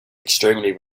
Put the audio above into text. extremely